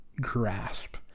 grasp